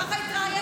ככה הוא התראיין.